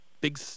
big